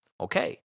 Okay